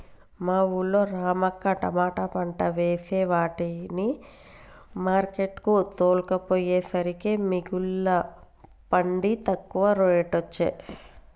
మా వూళ్ళో రమక్క తమాట పంట వేసే వాటిని మార్కెట్ కు తోల్కపోయేసరికే మిగుల పండి తక్కువ రేటొచ్చె